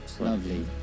Lovely